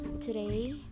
Today